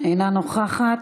אינה נוכחת.